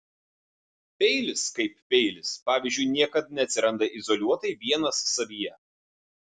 peilis kaip peilis pavyzdžiui niekad neatsiranda izoliuotai vienas savyje